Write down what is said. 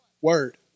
Word